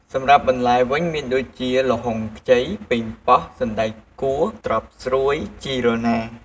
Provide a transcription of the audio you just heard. សម្រាប់បន្លែវិញមានដូចជា ល្ហុងខ្ចី ប៉េងប៉ោះ សណ្តែកគួ ត្រប់ស្រួយ ជីរណា។